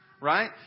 right